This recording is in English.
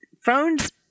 phones